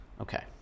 Okay